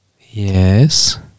Yes